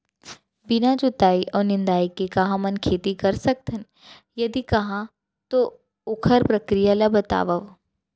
बिना जुताई अऊ निंदाई के का हमन खेती कर सकथन, यदि कहाँ तो ओखर प्रक्रिया ला बतावव?